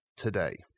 Today